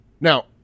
Now